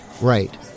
Right